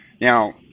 Now